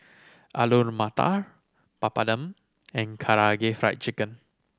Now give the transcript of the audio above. Alu Matar Papadum and Karaage Fried Chicken